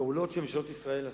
הפעולות שממשלות ישראל עשו,